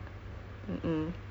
cause my